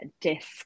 disc